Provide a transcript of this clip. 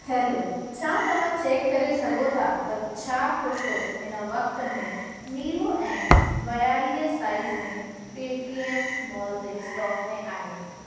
hello छा तव्हां check करे सघो था त छा कुर्तो हिन वक़्त में नीलो ऐं ॿयालीह साइज में पेटीएम मॉल ते स्टॉक में आहे